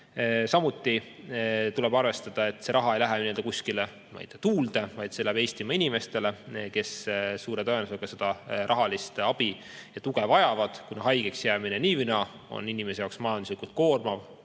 Samuti tuleb arvestada, et see raha ei lähe kuskile tuulde, vaid see läheb Eestimaa inimestele, kes suure tõenäosusega seda rahalist abi ja tuge vajavad, kuna haigeks jäämine on nii või naa inimese jaoks majanduslikult koormav: